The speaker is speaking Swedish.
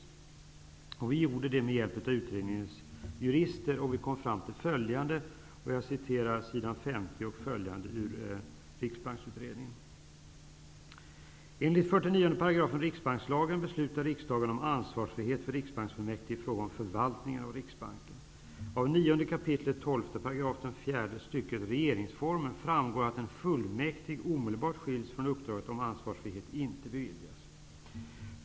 Vi gjorde det med hjälp av utredningens jurister. Vi kom fram till följande som står på s. 50 i Riksbanksutredningen: regeringsformen framgår att en fullmäktig omedelbart skiljs från uppdraget om ansvarsfrihet inte beviljas.